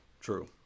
True